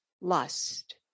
lust